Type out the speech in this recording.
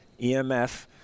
EMF